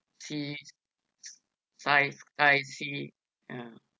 sea sight sight sea ah